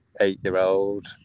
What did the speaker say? eight-year-old